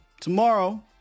Tomorrow